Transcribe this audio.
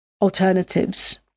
alternatives